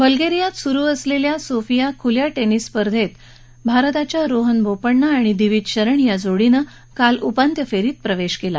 बुल्गोरियात सुरु असलेल्या सोफिया खुल्या टेनिस स्पर्धेतच्या भारताच्या रोहन बोपण्णा आणि दिविज शरण या जोडीनं काल उपान्त्य फेरीत प्रवेश केला